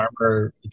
armor